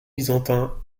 byzantins